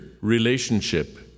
relationship